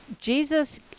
Jesus